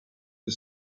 the